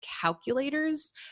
calculators